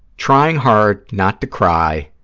trying hard not to cry,